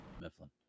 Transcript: Mifflin